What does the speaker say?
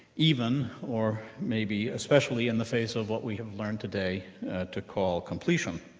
even, or maybe especially, in the face of what we have learned today to call completion.